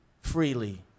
freely